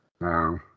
No